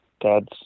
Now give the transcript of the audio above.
dad's